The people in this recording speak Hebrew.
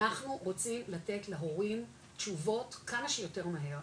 אנחנו רוצים לתת להורים תשובות כמה שיותר מהר,